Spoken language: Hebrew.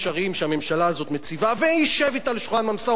שהממשלה הזאת מציבה וישב אתה לשולחן המשא-ומתן,